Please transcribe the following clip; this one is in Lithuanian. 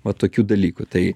va tokių dalykų tai